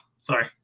Sorry